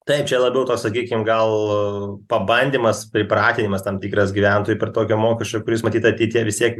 taip čia labiau to sakykim gal pabandymas pripratinimas tam tikras gyventojų per tokio mokesčio kuris matyt ateityje vistiek